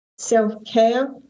Self-care